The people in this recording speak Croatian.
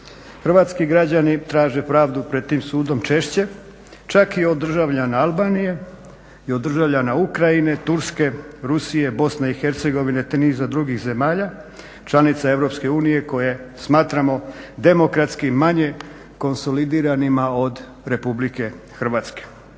Hrvatski građani traže pravdu pred tim sudom češće čak i od državljana Albanije i od državljana Ukrajine, Turske, Rusije, BiH te niza drugih zemalja članica Europske unije koje smatramo demokratski manje konsolidiranim od Republike Hrvatske.